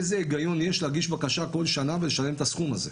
איזה היגיון יש להגיש בקשה כל שנה ולשלם את הסכום הזה?